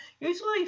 Usually